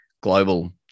global